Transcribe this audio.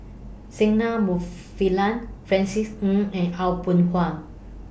Singai Mufilan Francis Ng and Aw Boon Haw